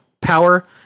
power